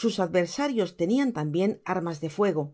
sus adversarios tenian tambien armas de fuego